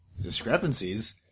Discrepancies